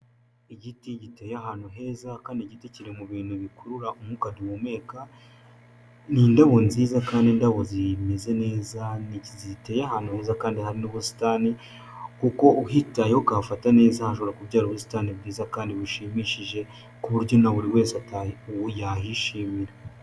Igiti giteye ahantu heza kandi igiti kiri mu bintu bikurura umwuka duhumeka, ni indabo nziza kandi indabo zimeze neza, ziteye ahantu heza kandi hari n'ubusitani, kuko uhitayeho ukahafata neza hashobora kubyara ubusitani bwiza kandi bushimishije, ku buryo na buri wese uwo yahishimira.